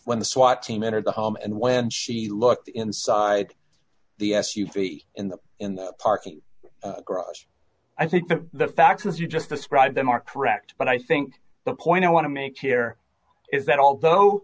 when the swat team entered the home and when she looked inside the s u v in the in the parking garage i think the facts as you just described them are correct but i think the point i want to make here is that although